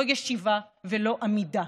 לא ישיבה ולא עמידה,